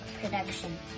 production